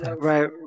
right